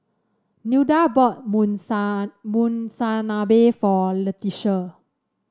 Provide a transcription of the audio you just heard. Nilda bought Monsunabe for Letitia